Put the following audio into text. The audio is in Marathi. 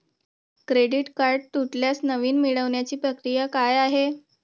क्रेडिट कार्ड तुटल्यास नवीन मिळवण्याची प्रक्रिया काय आहे?